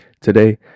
Today